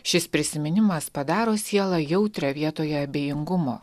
šis prisiminimas padaro sielą jautrią vietoje abejingumo